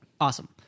awesome